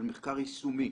על מחקר יישומי.